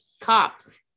cops